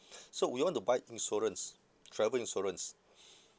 so we want to buy insurance travel insurance